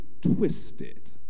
twisted